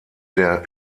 der